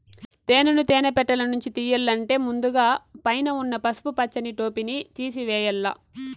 తేనెను తేనె పెట్టలనుంచి తియ్యల్లంటే ముందుగ పైన ఉన్న పసుపు పచ్చని టోపిని తేసివేయల్ల